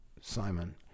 Simon